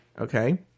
Okay